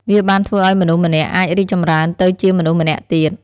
វាបានធ្វើឱ្យមនុស្សម្នាក់អាចរីកចម្រើនទៅជាមនុស្សម្នាក់ទៀត។